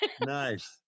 Nice